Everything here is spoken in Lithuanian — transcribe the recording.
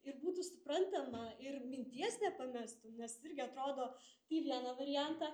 ir būtų suprantama ir minties nepamestum nes irgi atrodo tai vieną variantą